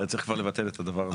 היה צריך כבר לבטל את הדבר הזה.